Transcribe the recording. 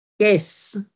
Yes